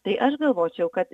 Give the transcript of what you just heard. tai aš galvočiau kad